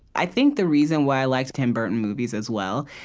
i think the reason why i liked tim burton movies, as well,